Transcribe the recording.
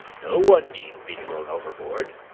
no one need be thrown overboard,